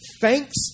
Thanks